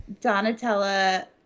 Donatella